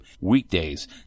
weekdays